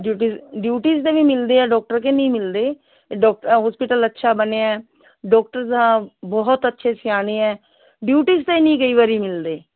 duties duties 'ਤੇ ਵੀ ਮਿਲਦੇ ਹੈ ਡੋਕਟਰ ਕਿ ਨਹੀਂ ਮਿਲਦੇ ਡੋਕ ਹੋਸਪੀਟਲ ਅੱਛਾ ਬਣਿਆ ਡੋਕਟਰਸ ਹਾਂ ਬਹੁਤ ਅੱਛੇ ਸਿਆਣੇ ਹੈ ਡਿਊਟੀਜ਼ 'ਤੇ ਹੀ ਨਹੀਂ ਕਈ ਵਾਰੀ ਮਿਲਦੇ